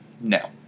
no